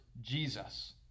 Jesus